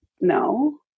no